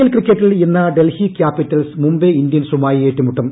L ക്രിക്കറ്റിൽ ഇന്ന് Delhi Capitals Mumbai ഇന്ത്യൻസുമായി ഏറ്റുമുട്ടും